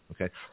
okay